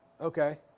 Okay